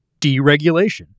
deregulation